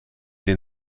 den